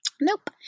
nope